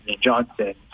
Johnson